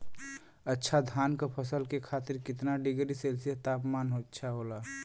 अच्छा धान क फसल के खातीर कितना डिग्री सेल्सीयस तापमान अच्छा होला?